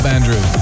Andrew